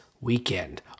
weekend